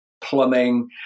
plumbing